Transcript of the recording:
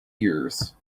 ears